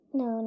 no